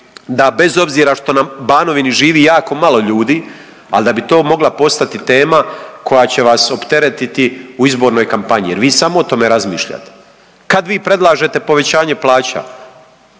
da bez obzira što nam Banovini živi jako malo ljudi, ali da bi to mogla postati tema koja će vas opteretiti u izbornoj kampanji jer vi samo o tome razmišljate. Kad vi predlažete povećanje plaća?